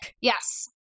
yes